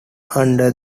under